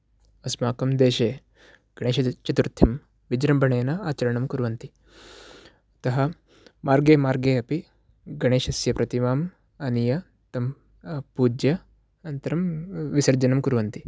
अस्माकं देशे गणेशचतुर्थिं विजृम्भणेन आचरणं कुर्वन्ति अतः मार्गे मार्गे अपि गणेशस्य प्रतिमाम् आनीय तं पूज्य अनन्तरं विसर्जनं कुर्वन्ति